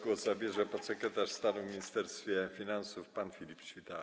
Głos zabierze podsekretarz stanu w Ministerstwie Finansów pan Filip Świtała.